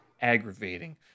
aggravating